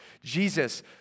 Jesus